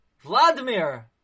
Vladimir